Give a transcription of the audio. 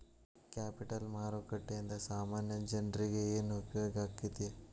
Capital ಮಾರುಕಟ್ಟೇಂದಾ ಸಾಮಾನ್ಯ ಜನ್ರೇಗೆ ಏನ್ ಉಪ್ಯೊಗಾಕ್ಕೇತಿ?